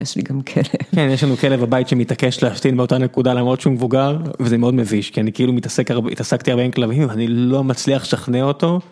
יש לי גם כלב. כן, יש לנו כלב בבית שמתעקש להשתין באותה נקודה, למרות שהוא מבוגר, וזה מאוד מביש, כי אני כאילו מתעסק התעסקתי הרבה עם כלבים, ואני לא מצליח לשכנע אותו.